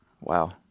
Wow